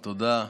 תודה.